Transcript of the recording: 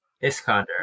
Iskander